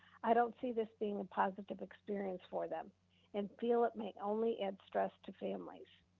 i don't see this being a positive experience for them and feel it may only add stress to families.